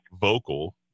vocal